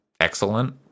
excellent